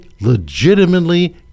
legitimately